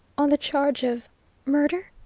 on the charge of murder?